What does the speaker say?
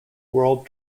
world